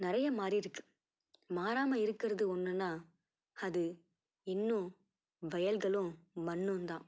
நிறைய மாறி இருக்குது மாறாமல் இருக்கிறது ஒன்றுன்னா அது இன்னும் வயல்களும் மண்ணும் தான்